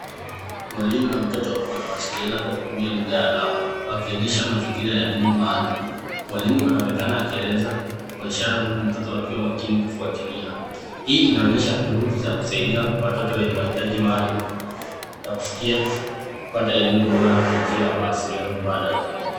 Mwalimu na mtoto wanawasiliana kwa kutumia lugha ya alama, wakionyesha mazingira ya elimu maalumu. Mwalimu anaonekana akifafanua kwa ishara huku mtoto akisikiliza kwa makini na kufuatilia. Hii inaonyesha juhidi za kusaidia watoto wenye mahitaji maalumu ili wapate elimu bora kupitia njia za mawasiliano mbadala.